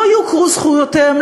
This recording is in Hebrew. לא יוכרו זכויותיהם,